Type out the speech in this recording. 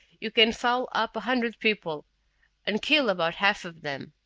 you can foul up a hundred people and kill about half of them.